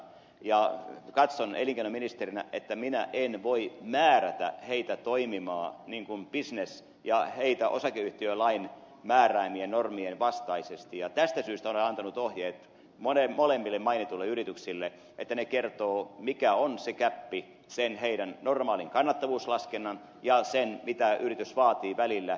katson elinkeinoministerinä että minä en voi määrätä heitä toimimaan niin kuin bisneksen ja osakeyhtiölain määräämien normien vastaisesti ja tästä syystä olen antanut ohjeet molemmille mainituille yrityksille että ne kertovat mikä on se gäppi sen heidän normaalin kannattavuuslaskennan ja sen mitä yritys vaatii välillä